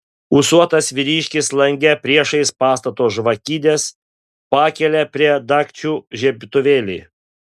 ūsuotas vyriškis lange priešais pastato žvakides pakelia prie dagčių žiebtuvėlį